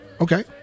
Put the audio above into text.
Okay